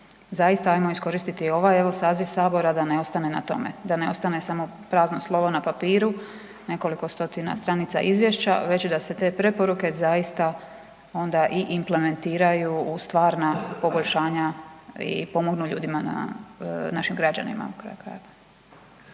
Zaista ajmo iskoristiti ovaj saziv Sabora da ne ostane na tome, da ne ostane samo prazno slovo na papiru, nekoliko stotina stranica izvješća već da se te preporuke zaista onda i implementiraju u stvarna poboljšavanja i pomognu ljudima našim građanima na kraju krajeva.